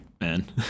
man